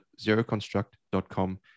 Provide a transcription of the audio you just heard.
zeroconstruct.com